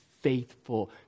faithful